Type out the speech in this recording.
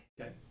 Okay